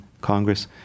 Congress